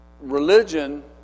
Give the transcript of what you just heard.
religion